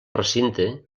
recinte